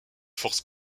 force